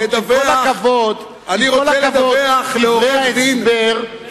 עם כל הכבוד לדברי ההסבר,